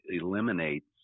eliminates